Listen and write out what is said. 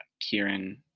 Kieran